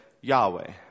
Yahweh